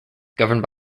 governed